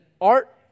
art